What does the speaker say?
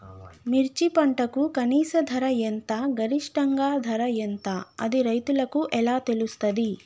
మిర్చి పంటకు కనీస ధర ఎంత గరిష్టంగా ధర ఎంత అది రైతులకు ఎలా తెలుస్తది?